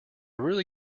really